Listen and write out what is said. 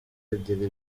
agira